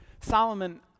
Solomon